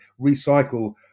recycle